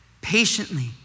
patiently